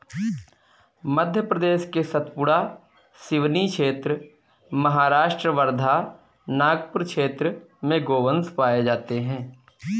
मध्य प्रदेश के सतपुड़ा, सिवनी क्षेत्र, महाराष्ट्र वर्धा, नागपुर क्षेत्र में गोवंश पाये जाते हैं